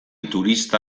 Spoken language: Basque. turista